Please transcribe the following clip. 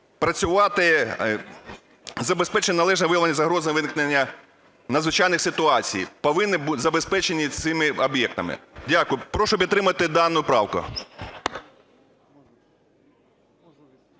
працювати забезпечити належне виявлення загрози виникнення надзвичайних ситуацій. Повинні забезпечити цими об'єктами. Дякую. Прошу підтримати дану правку.